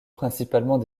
principalement